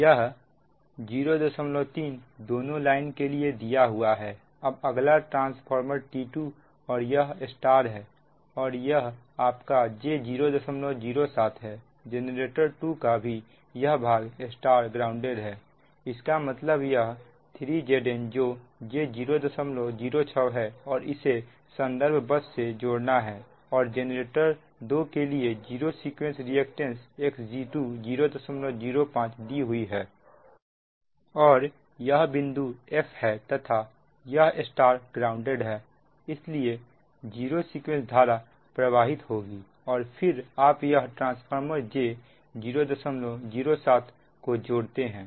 यह 03 दोनों लाइन के लिए दिया हुआ है अब अगला ट्रांसफार्मर T2 और यह Y है और यह आपका j007 है जेनरेटर 2 का भी यह भाग Y ग्राउंडेड है इसका मतलब यह 3Zn जो j006 है और इसे संदर्भ बस से जोड़ना है और जेनरेटर 2 के लिए जीरो सीक्वेंस रिएक्टेंस Xg2 005 दी हुई है और यह बिंदु f है तथा यह Y ग्राउंडेड है इसलिए जीरो सीक्वेंस धारा प्रवाहित होगी और फिर आप यह ट्रांसफार्मर j007 को जोड़ते हैं